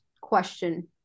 question